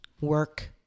work